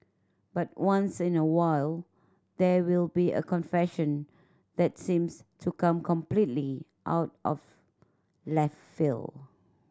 but once in a while there will be a confession that seems to come completely out of left field